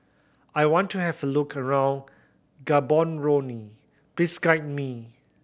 I want to have a look around Gaborone please guide me